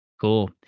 Cool